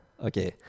Okay